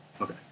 okay